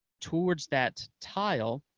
towards that tile,